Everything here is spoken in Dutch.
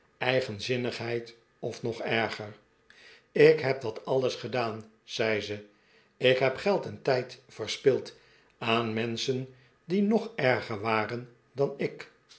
eigenzinnigheid of nog erger ik heb dat alles gedaan zei ze ik heb geld en tijd verspild aan menschen die nog erger waren dan ik